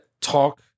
talk